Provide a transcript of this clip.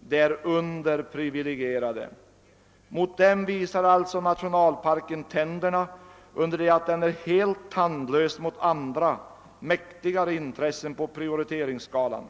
De är underprivilegierade. Mot dem visar alltså nationalparken tänderna, under det att den är helt tandlös mot andra, mäktigare intressen på prioriteringsskalan.